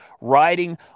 riding